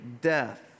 death